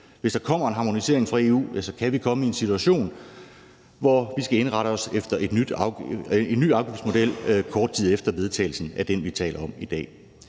Hvis der kommer en harmonisering fra EU, kan vi komme i en situation, hvor vi skal indrette os efter en ny afgiftsmodel kort tid efter vedtagelsen af den, vi taler om i dag.